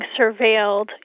surveilled